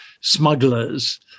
smugglers